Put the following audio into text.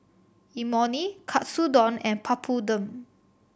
Imoni Katsudon and Papadum